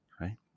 right